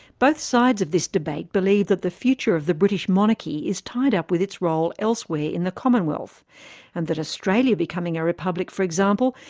both sides of this debate believe that the future of the british monarchy is tied up with its role elsewhere in the commonwealth and that australia becoming a republic for example,